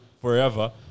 forever